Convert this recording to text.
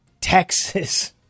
Texas